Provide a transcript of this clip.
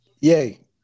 Yay